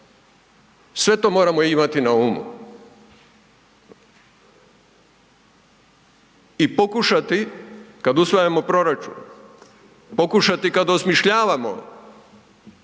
sve to moramo imati na umu i pokušati kada usvajamo proračun, pokušati kada osmišljavamo